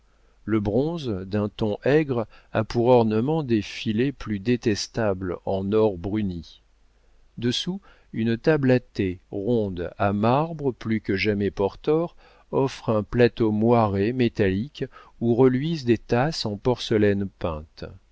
le bronze d'un ton aigre a pour ornements des filets plus détestables en or bruni dessous une table à thé ronde à marbre plus que jamais portor offre un plateau moiré métallique où reluisent des tasses en porcelaine peinte